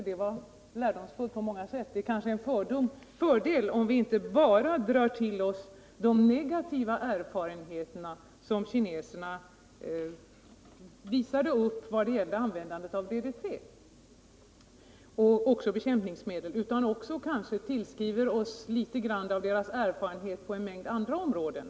Besöket i Kina var lärorikt på många sätt, och det är kanske en fördel om vi inte bara drar till oss de negativa erfarenheter som kineserna visade upp vad gäller användande av DDT och bekämpningsmedel utan också tillgodogör oss litet grand av deras erfarenhet på en mängd andra områden.